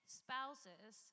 spouses